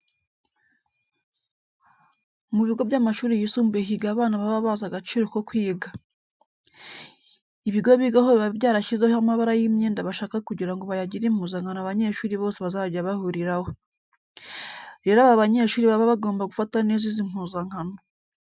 Mu bigo by'amashuri yisumbuye higa abana baba bazi agaciro ko kwiga. Ibigo bigaho biba byarashyizeho amabara y'imyenda bashaka kugira ngo bayagire impuzankano abanyeshuri bose bazajya bahuriraho. Rero aba banyeshuri baba bagomba gufata neza izi mpuzankano.